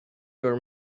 your